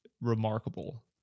remarkable